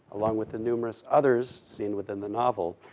along with the numerous others seen within the novel,